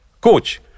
coach